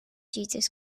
jesus